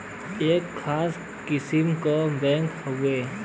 एक खास किस्म क बैंक हउवे